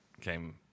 came